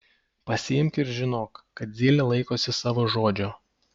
pasiimk ir žinok kad zylė laikosi savo žodžio